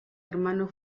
hermano